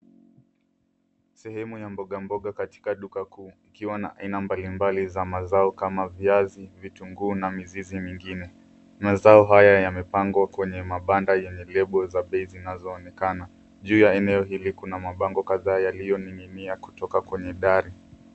Sehemu ya mbogamboga katika duka kuu ikiwa na aina mbalimbali za mazao kama viazi, vitungu na mizizi mingine. Mazao haya yamepangwa kwenye mabanda yenye lebo za bei zinazoonekana. Juu ya eneo hili kuna mabango kadhaa yaliyoning'inia kutoka kwenye dari.